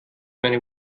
meine